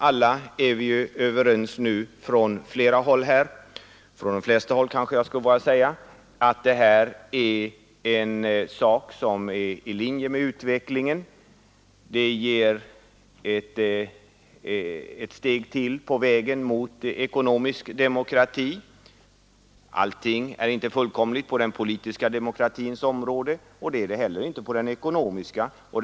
Vi är ju överens nu från flera håll — från de flesta håll kanske jag skulle våga säga — om att detta är en sak som är i linje med utvecklingen och som innebär ett steg till på vägen mot ekonomisk demokrati. Allting är inte fullkomligt på den politiska demokratins område, och det är det heller inte på den ekonomiska demokratins område.